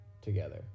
together